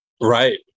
right